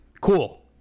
Cool